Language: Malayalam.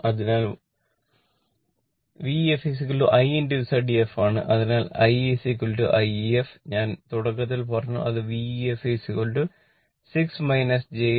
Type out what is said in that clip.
അതിനാൽ II ef ഞാൻ തുടക്കത്തിൽ പറഞ്ഞു അത് Vef 6 j 8 1